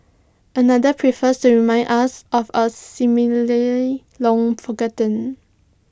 another prefers to remind us of A similar long forgotten